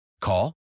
Call